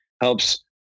helps